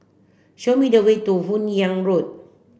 show me the way to Hun Yeang Road